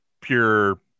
pure